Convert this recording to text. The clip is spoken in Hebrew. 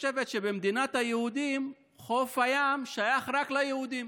שחושבת שבמדינת ישראל חוף הים שייך רק ליהודים,